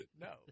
No